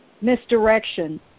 misdirection